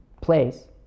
place